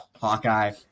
Hawkeye